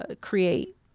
create